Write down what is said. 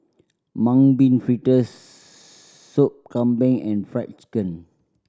Mung Bean Fritters Sop Kambing and Fried Chicken